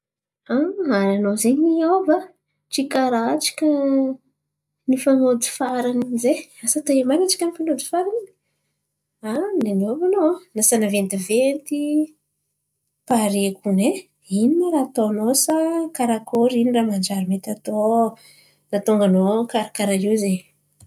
Àry anô zen̈y niôva tsy karà tsika fanôjy farany in̈y zay asa taia marin̈y antsika fanôjy farany in̈y niova anô lasa naventiventy. Pare kone ino raha atô naô sa karakory? Ino raha manjary mety atô ô nahatonga anô karà karaàha io izen̈y?